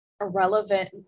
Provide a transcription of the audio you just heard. irrelevant